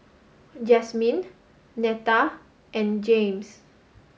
Jasmyne Neta and Jaymes